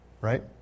Right